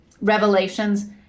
revelations